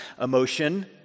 emotion